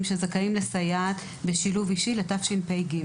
שזכאים לסייעת בשילוב אישי לשנת התשפ"ג,